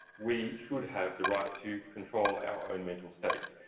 we should have the right to control our own mental states.